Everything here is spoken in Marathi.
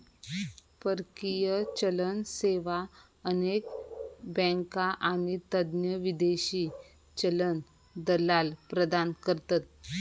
परकीय चलन सेवा अनेक बँका आणि तज्ञ विदेशी चलन दलाल प्रदान करतत